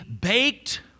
baked